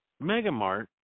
mega-mart